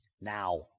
Now